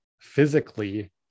physically